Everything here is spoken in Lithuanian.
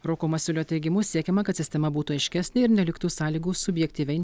roko masiulio teigimu siekiama kad sistema būtų aiškesnė ir neliktų sąlygų subjektyviai